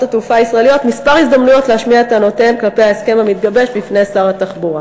התעופה הישראליות כמה הזדמנויות להשמיע בפני שר התחבורה